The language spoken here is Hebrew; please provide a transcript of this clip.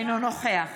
אינו נוכח